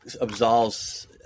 absolves